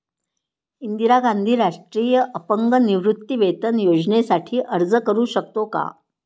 इंदिरा गांधी राष्ट्रीय अपंग निवृत्तीवेतन योजनेसाठी अर्ज करू शकतो का?